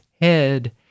head